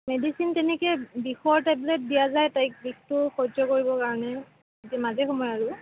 medicine তেনেকৈ বিষৰ tablet দিয়া যায় তাইক বিষটো সহ্য কৰিবৰ কাৰণে মাজে সময়ে আৰু